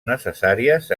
necessàries